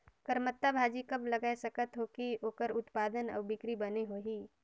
करमत्ता भाजी कब लगाय सकत हो कि ओकर उत्पादन अउ बिक्री बने होही?